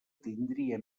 tindria